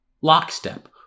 lockstep